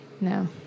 no